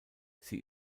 sie